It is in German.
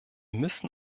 müssen